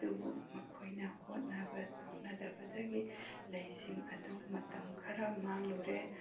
ꯑꯗꯨꯕꯨ ꯃꯈꯣꯏꯅ ꯍꯣꯠꯅꯗꯕꯗꯒꯤ ꯂꯩꯁꯤꯡ ꯑꯗꯨ ꯃꯇꯝ ꯈꯔ ꯃꯥꯡꯂꯨꯔꯦ